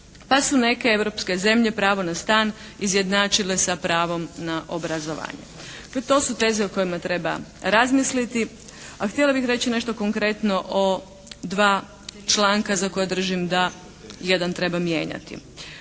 pa su neke europske zemlje pravo na stan izjednačile sa pravom na obrazovanja. To su teze o kojima treba razmisliti. A htjela bi reći nešto konkretno o dva članka za koja držim da jedan treba mijenjati.